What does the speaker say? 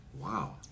Wow